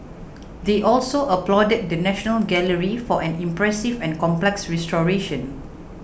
they also applauded the National Gallery for an impressive and complex restoration